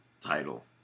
title